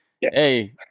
hey